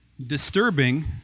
Disturbing